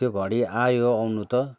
त्यो घडी आयो आउनु त